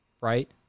right